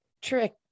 trick